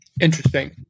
Interesting